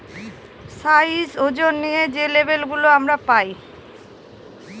size, ওজন নিয়ে সব লেবেল গুলো আমরা পায়